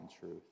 truth